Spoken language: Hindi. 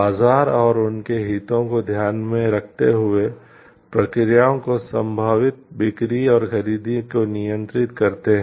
बाजार और उनके हितों को ध्यान में रखते हुए प्रक्रियाओं की संभावित बिक्री और खरीद को नियंत्रित करते हैं